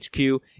HQ